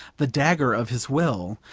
the dagger of his will,